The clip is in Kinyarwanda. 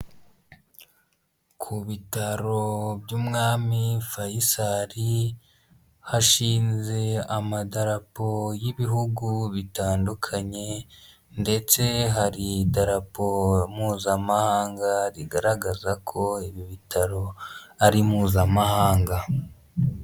Ku bitaro by'umwami fayisali hashinze amadarapo y'ibihugu bitandukanye, ndetse hari idarapo mpuzamahanga rigaragaza ko ibi bitaro ari mpuzamahanga.